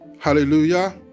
hallelujah